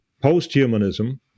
post-humanism